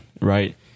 right